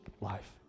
life